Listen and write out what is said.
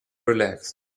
relaxed